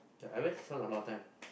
yeah I always chiong a lot of time